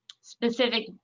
specific